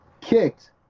kicked